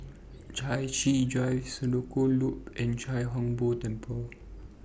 Chai Chee Drive Senoko Loop and Chia Hung Boo Temple